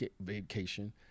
vacation